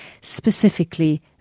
specifically